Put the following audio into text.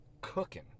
cooking